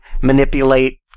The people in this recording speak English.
manipulate